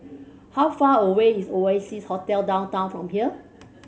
how far away is Oasia Hotel Downtown from here